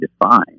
defined